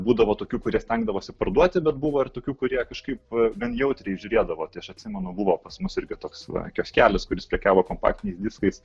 būdavo tokių kurie stengdavosi parduoti bet buvo ir tokių kurie kažkaip gan jautriai žiūrėdavo tai aš atsimenu buvo pas mus irgi toks va kioskelis kuris prekiavo kompaktiniais diskais